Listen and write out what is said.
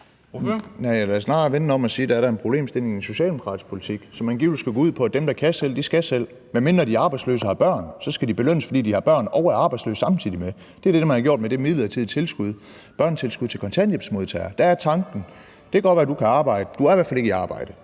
Næh, lad os snarere vende den om og sige, at der da er en problemstilling i forhold til den socialdemokratiske politik, som angivelig skulle gå ud på, at dem, der kan selv, skal selv, medmindre de er arbejdsløse og har børn – så skal de belønnes, fordi de har børn og er arbejdsløse samtidig med. Det er det, man har gjort med det midlertidige tilskud, børnetilskuddet til kontanthjælpsmodtagere. Der er tanken, at det godt kan være, at du kan arbejde, men du er i hvert fald ikke i arbejde,